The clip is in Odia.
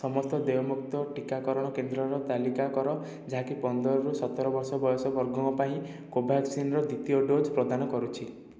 ସମସ୍ତ ଦେୟମୁକ୍ତ ଟିକାକରଣ କେନ୍ଦ୍ରର ତାଲିକା କର ଯାହାକି ପନ୍ଦରରୁ ସତର ବର୍ଷ ବୟସ ବର୍ଗଙ୍କ ପାଇଁ କୋଭ୍ୟାକ୍ସିନ୍ର ଦ୍ୱିତୀୟ ଡୋଜ୍ ପ୍ରଦାନ କରୁଛି